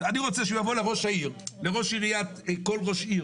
אני רוצה שהוא יבוא לראש העיר, לכל ראש עיר